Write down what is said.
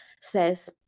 says